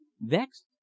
vexed